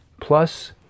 plus